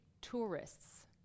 tourists